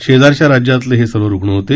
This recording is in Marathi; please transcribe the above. शेजारच्या राज्यातले हे सर्व रुग्ण होते